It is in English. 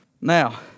Now